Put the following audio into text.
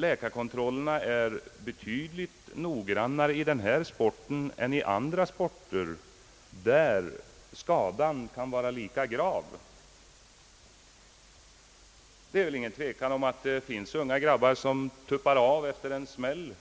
denna sport är betydligt noggrannare än i andra sporter, där skadan kan vara lika grav. Det råder väl ingen tvekan om att det finns unga grabbar, som tuppar av efter en smäll.